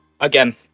Again